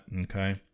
Okay